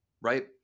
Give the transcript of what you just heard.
Right